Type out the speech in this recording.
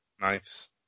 Nice